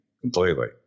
completely